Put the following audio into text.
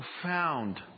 profound